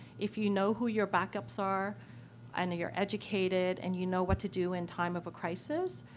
if you know who your backups are and you're educated and you know what to do in time of a crisis,